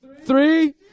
three